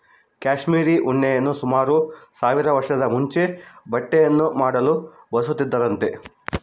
cashmere ಉಣ್ಣೆಯನ್ನು ಸುಮಾರು ಸಾವಿರ ವರ್ಷದ ಮುಂಚೆ ಬಟ್ಟೆಯನ್ನು ಮಾಡಲು ಬಳಸುತ್ತಿದ್ದರಂತೆ